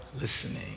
Listening